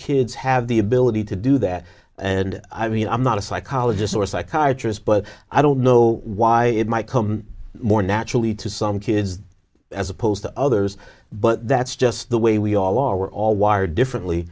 kids have the ability to do that and i mean i'm not a psychologist or psychiatrist but i don't know why it might come more naturally to some kids as opposed to others but that's just the way we all are we're all wired differently